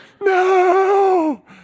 No